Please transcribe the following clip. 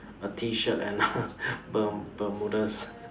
a T-shirt and a berm~ bermudas